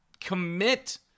commit